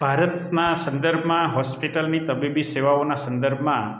ભારતના સંદર્ભમાં હોસ્પિટલની તબીબી સેવાઓના સંદર્ભમાં